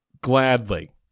gladly